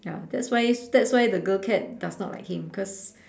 ya that's why that's why the girl cat does not like him cause